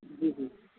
جی جی